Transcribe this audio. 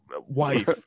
wife